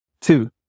Two